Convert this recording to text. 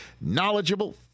knowledgeable